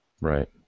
Right